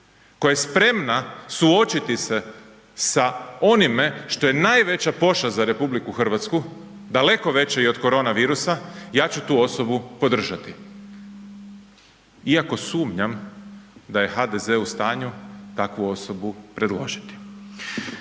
koja je spremna suočiti se sa onime što je najveća pošast za RH, daleko veća i od korona virusa, ja ću tu osobu podržati iako sumnjam da je HDZ u stanju takvu osobu predložiti.